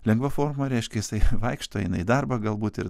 lengva forma reiškia jisai vaikšto eina į darbą galbūt ir